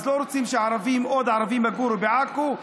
אז לא רוצים שעוד ערבים יגורו בעכו,